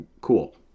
cool